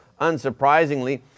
Unsurprisingly